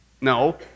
No